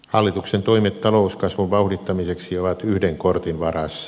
hallituksen toimet talouskasvun vauhdittamiseksi ovat yhden kortin varassa